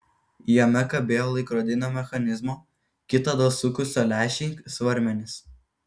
jame kabėjo laikrodinio mechanizmo kitados sukusio lęšį svarmenys